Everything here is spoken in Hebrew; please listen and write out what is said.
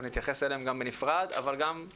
אבל גם יש לי הרבה ביקורת למערכת ואני חושב